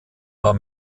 war